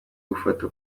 gufata